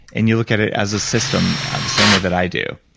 and you look at it as a system the same way that i do.